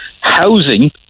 housing